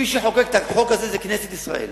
מי שחוקק את החוק הזה זה כנסת ישראל,